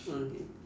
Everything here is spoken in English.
okay